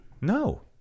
No